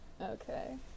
Okay